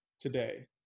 today